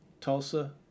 tulsa